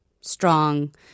strong